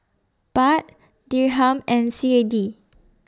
Baht Dirham and C A D